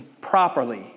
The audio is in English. properly